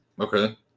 Okay